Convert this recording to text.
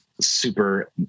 super